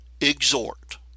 exhort